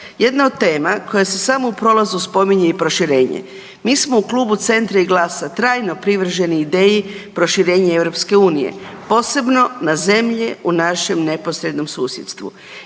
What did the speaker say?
Jedna od tema koja se samo u prolazu spominje je proširenje. Mi smo u Klubu Centra i GLAS-a trajno privrženi ideji proširenje EU, posebno na zemlje u našem neposrednom susjedstvu.